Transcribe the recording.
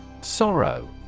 Sorrow